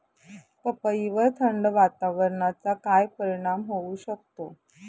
पपईवर थंड वातावरणाचा काय परिणाम होऊ शकतो?